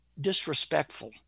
disrespectful